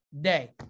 day